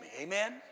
Amen